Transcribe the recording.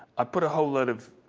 i put a whole lot of